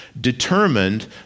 determined